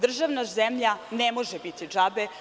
Državna zemlja ne može biti džabe.